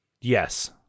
yes